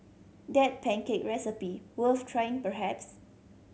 that pancake recipe worth trying perhaps